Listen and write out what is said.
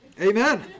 Amen